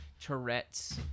Tourette's